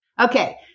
Okay